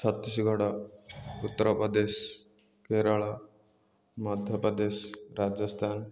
Chhattisgarh Uttar Pradesh Kerala Madhya Pradesh Rajasthan